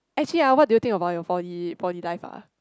actually ah what do you think about your poly poly life ah